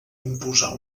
imposar